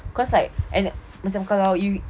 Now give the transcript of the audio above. cause like and macam kalau you